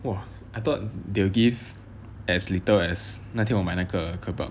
!wah! I thought they will give as little as 那天我买那个 kebab